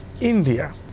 India